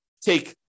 take